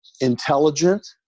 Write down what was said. intelligent